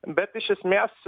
bet iš esmės